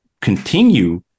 continue